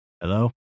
Hello